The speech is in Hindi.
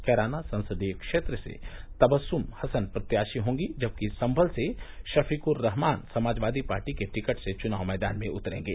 कैराना संसदीय क्षेत्र से तबस्सुम हसन प्रत्याशी होंगी जबकि सम्मल से शफीक्रहमान समाजवादी पार्टी के टिकट से चुनाव मैदान में उतरेंगे